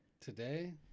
today